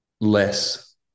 less